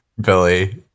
Billy